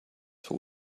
für